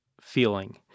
feeling